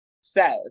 says